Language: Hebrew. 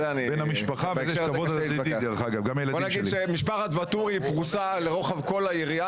בוא נגיד שמשפחת ואטורי פרוסה לרוחב כל היריעה,